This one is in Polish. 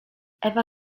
ewa